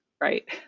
right